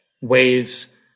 ways